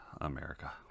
America